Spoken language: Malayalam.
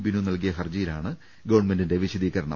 ബിനു നൽകിയ ഹർജിയിലാണ് ഗവൺമെന്റിന്റെ വിശദീകരണം